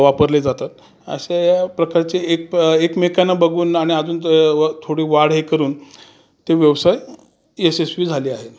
वापरले जातात अशा या प्रकारचे एक प एकमेकांना बघून आणि अजून त थोडी वाढ हे करून ते व्यवसाय यशस्वी झाले आहे